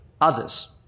others